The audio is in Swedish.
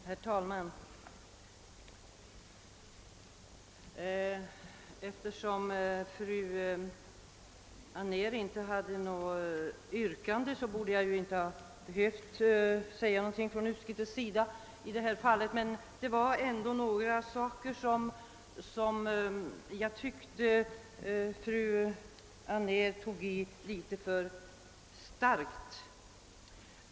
Herr talman! Eftersom fru Anér inte ställde något yrkande behöver jag egentligen inte yttra mig på utskottets vägnar. Men jag tyckte ändå att fru Anér i några avseenden tog i väl kraftigt.